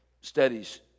studies